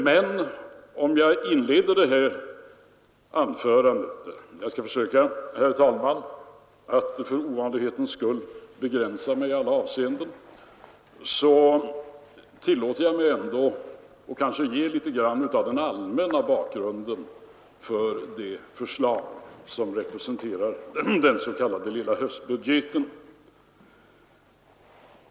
Men jag tillåter mig ändå att i inledningen av detta anförande — jag skall försöka, herr talman, att för ovanlighetens skull begränsa mig i alla avseenden — redovisa något av den allmänna bakgrunden till det förslag som representerar s.k. lilla höstbudgeten.